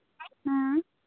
اۭں